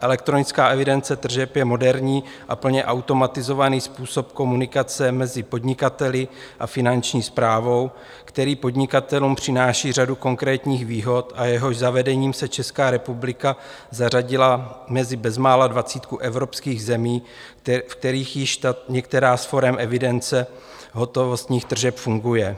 Elektronická evidence tržeb je moderní a plně automatizovaný způsob komunikace mezi podnikateli a Finanční správou, který podnikatelům přináší řadu konkrétních výhod a jehož zavedením se Česká republika zařadila mezi bezmála dvacítku evropských zemí, v kterých již některá z forem evidence hotovostních tržeb funguje.